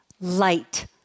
light